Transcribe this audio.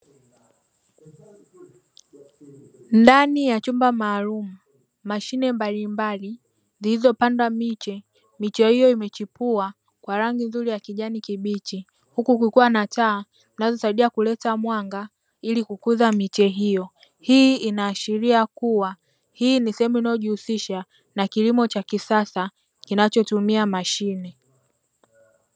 Ndani ya chumba maalumu, mashine mbalimbali zilizopandwa miche, miche hiyo imechipua kwa rangi nzuri ya kijani kibichi huku kukiwa na taa zinazo saidia kuleta mwanga ili kukuza miche hiyo, hii ina ashiria kuwa hii ni sehemu inayojihusisha na kilimo cha kisasa kinachotumia mashine.